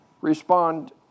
respond